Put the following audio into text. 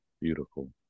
Beautiful